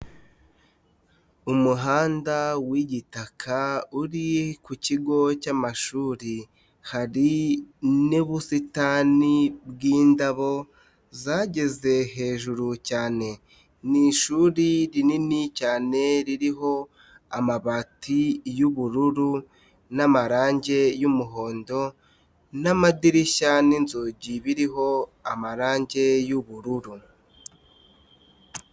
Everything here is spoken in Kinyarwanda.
Umuhanda w'igitaka, uri ku kigo cyamashuri, hari n'ubusitani bw'indabo zageze hejuru cyane, ni ishuri rinini cyane, ririho amabati y'ubururu n'amarangi y'umuhondo n'amadirishya n'inzugi biriho amarangi y'ubururu.